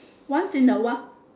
once in a while